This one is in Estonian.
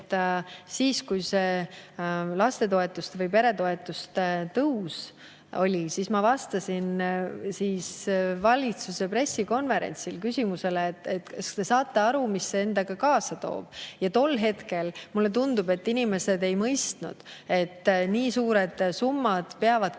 et kui see lastetoetuste või peretoetuste tõus oli, siis ma vastasin valitsuse pressikonverentsil küsimusele [niimoodi], et kas te saate aru, mida see endaga kaasa toob. Ja tol hetkel, mulle tundub, inimesed ei mõistnud, et nii suured summad peavad kuskilt